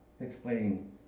explaining